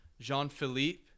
Jean-Philippe